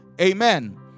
Amen